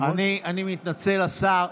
נכון ששניים ועוד שתיים זה